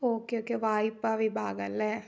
okay okay വായ്പാ വിഭാഗം അല്ലേ